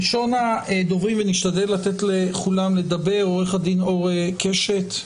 ראשון הדוברים עו"ד אור קשת,